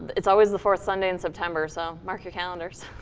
it's always the fourth sunday in september. so, mark your calendars.